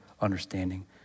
understanding